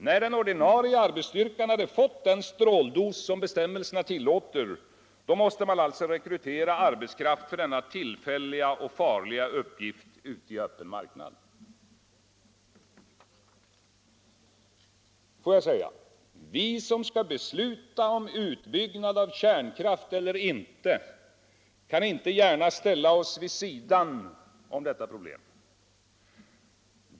När den ordinarie arbetsstyrkan hade fått den stråldos bestämmelserna tillåter måste man rekrytera arbetskraft för denna tillfälliga och farliga uppgift ute i öppna marknaden. Får jag säga: Vi som skall besluta om utbyggnad av kärnkraft eller inte, kan inte ställa oss vid sidan om detta problem.